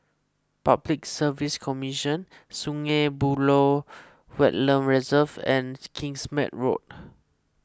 Public Service Commission Sungei Buloh Wetland Reserve and Kingsmead Road